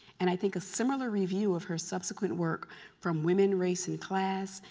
and i think a similar review of her subsequent work from women, race, and class,